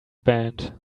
band